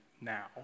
now